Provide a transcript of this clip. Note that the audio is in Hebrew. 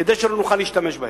כדי שלא נוכל להשתמש בהם.